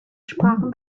sprachen